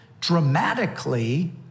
dramatically